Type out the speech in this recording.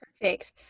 Perfect